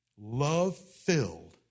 love-filled